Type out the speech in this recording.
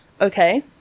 okay